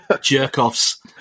jerk-offs